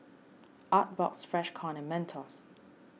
Artbox Freshkon and Mentos